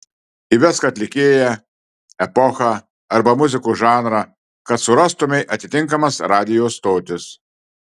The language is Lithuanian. įvesk atlikėją epochą arba muzikos žanrą kad surastumei atitinkamas radijo stotis